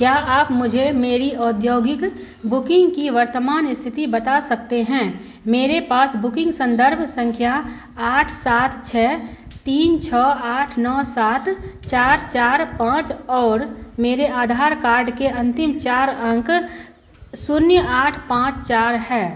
क्या आप मुझे मेरी औद्योगिक बुकिंग की वर्तमान स्थिति बता सकते हैं मेरे पास बुकिंग संदर्भ संख्या आठ सात छः तीन छः आठ नौ सात चार चार पाँच और मेरे आधार कार्ड के अंतिम चार अंक शून्य आठ पाँच चार है